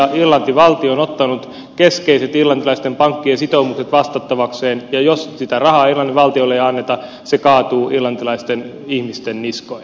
irlannin valtio on ottanut keskeiset irlantilaisten pankkien sitoumukset vastattavakseen ja jos sitä rahaa irlannin valtiolle ei anneta se kaatuu irlantilaisten ihmisten niskoille